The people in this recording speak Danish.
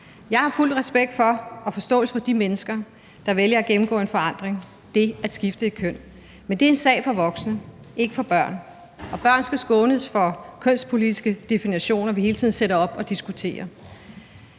Jeg har fuld respekt for og forståelse for de mennesker, som vælger at gennemgå en forandring – det at skifte et køn – men det er en sag for voksne, ikke for børn. Og børn skal skånes for kønspolitiske definitioner, vi hele tiden sætter op og diskuterer.